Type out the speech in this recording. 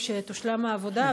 כשתושלם העבודה,